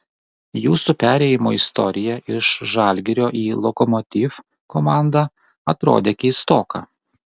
jūsų perėjimo istorija iš žalgirio į lokomotiv komandą atrodė keistoka